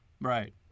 Right